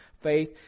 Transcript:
faith